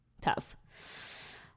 Tough